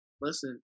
listen